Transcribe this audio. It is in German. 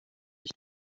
ich